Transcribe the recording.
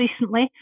recently